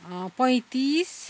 पैँतिस